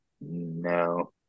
No